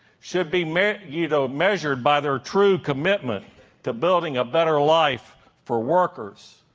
should be measured you know measured by their true commitment to building a better life for workers,